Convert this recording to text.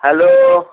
hello